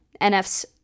NF's